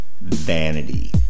vanity